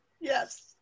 Yes